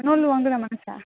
न' लुहांदो नामा नोंसोरहा